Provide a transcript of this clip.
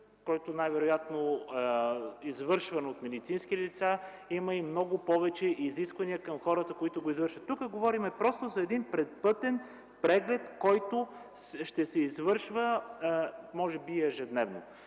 на преглед, извършван от медицински лица, при който има много повече изисквания към хората, които го извършват. Тук говорим просто за предпътен преглед, който ще се извършва може би ежедневно.